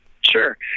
Sure